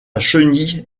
chenille